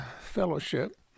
fellowship